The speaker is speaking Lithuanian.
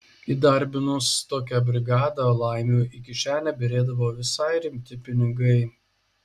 įdarbinus tokią brigadą laimiui į kišenę byrėdavo visai rimti pinigai